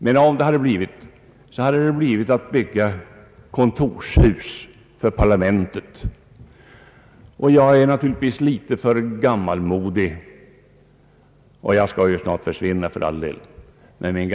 Men om det här blivit fråga om ett verkligt alternativ skulle. det gällt att bygga kontorshus för parlamentet. Jag är naturligtvis litet gammalmodig — skall för övrigt snart försvinna och min gammalmodighet med mig.